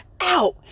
out